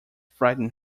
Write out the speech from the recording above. frighten